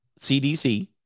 CDC